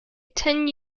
ten